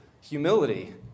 humility